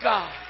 God